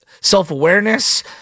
self-awareness